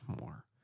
more